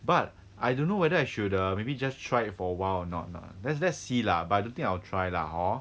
but I don't know whether I should err maybe just tried for awhile or not not let's let's see lah but I don't think I will try lah hor